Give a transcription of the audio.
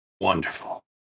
Wonderful